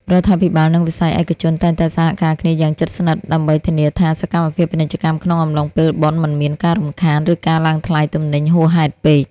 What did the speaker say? រដ្ឋាភិបាល និងវិស័យឯកជនតែងតែសហការគ្នាយ៉ាងជិតស្និទ្ធដើម្បីធានាថា សកម្មភាពពាណិជ្ជកម្មក្នុងអំឡុងពេលបុណ្យមិនមានការរំខាន ឬការឡើងថ្លៃទំនិញហួសហេតុពេក។